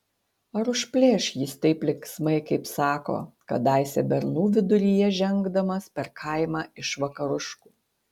ar užplėš jis taip linksmai kaip sako kadaise bernų viduryje žengdamas per kaimą iš vakaruškų